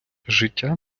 життя